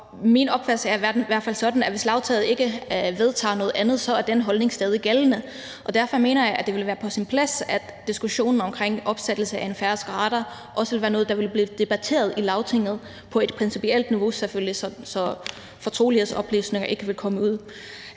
min opfattelse er i hvert fald den, at hvis Lagtinget ikke vedtager noget andet, er den holdning stadig gældende. Derfor mener jeg, det vil være på sin plads, at diskussionen om opsættelse af en færøsk radar også vil være noget, der bliver debatteret i Lagtinget, selvfølgelig på et principielt niveau, så fortrolige oplysninger ikke kommer ud.